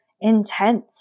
intense